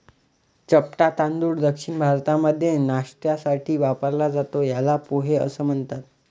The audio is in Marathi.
चपटा तांदूळ दक्षिण भारतामध्ये नाष्ट्यासाठी वापरला जातो, याला पोहे असं म्हणतात